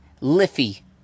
Liffy